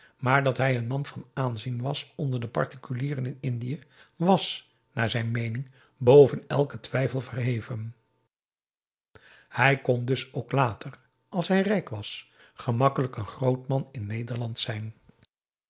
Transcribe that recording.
maar dat hij een man van aanzien was onder de particulieren in indië was naar zijn meening boven elken twijfel verheven hij kon dus ook later als hij rijk was gemakkelijk een groot man in nederland zijn